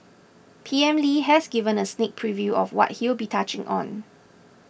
P M Lee has given a sneak preview of what he'll be touching on